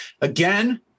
again